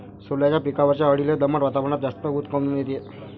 सोल्याच्या पिकावरच्या अळीले दमट वातावरनात जास्त ऊत काऊन येते?